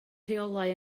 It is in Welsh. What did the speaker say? rheolau